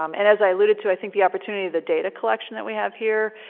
um and as i alluded to, i think the opportunity of the data collection that we have here,